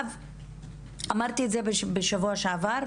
אמרתי את זה בשבוע שעבר,